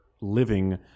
living